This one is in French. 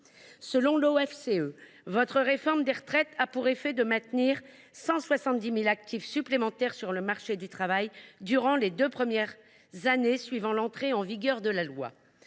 Selon l’OFCE, votre réforme des retraites a pour effet de maintenir 170 000 actifs supplémentaires sur le marché du travail durant les deux premières années suivant l’entrée en vigueur de la loi.